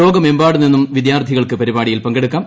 ലോകമെമ്പാടുനിന്നും വിദ്യാർത്ഥികൾക്ക് പരിപാടിയിൽ പങ്കെടുക്കാം